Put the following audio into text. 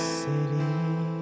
city